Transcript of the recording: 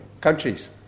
countries